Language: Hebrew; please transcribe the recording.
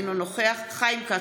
אינו נוכח חיים כץ,